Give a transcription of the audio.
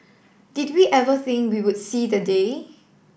did we ever think we would see the day